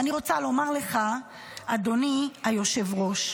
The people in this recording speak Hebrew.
ואני רוצה לומר לך, אדוני היושב-ראש,